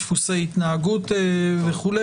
דפוסי התנהגות וכו'.